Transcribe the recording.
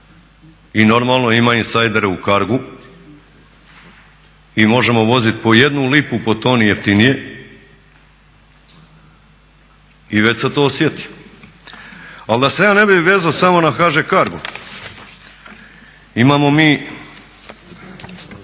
i normalno ima insajdere u CARGO-u i možemo vozit po jednu lipu po toni jeftinije i već se to osjeti. Ali da se ja ne bi vezao samo na HŽ CARGO, imamo mi,